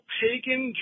pagan